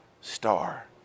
star